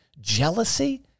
jealousy